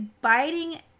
biting